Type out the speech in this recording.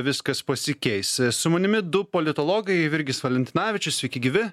viskas pasikeis su manimi du politologai virgis valentinavičius sveiki gyvi